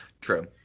True